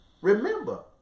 Remember